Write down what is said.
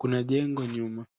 Kuna jengo nyuma.